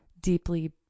deeply